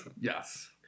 Yes